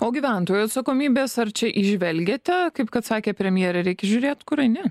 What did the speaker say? o gyventojų atsakomybės ar čia įžvelgiate kaip kad sakė premjerė reik žiūrėt kur eini